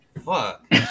Fuck